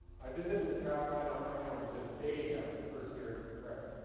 i visited the trapline on my own just days after first hearing from craig.